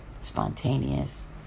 spontaneous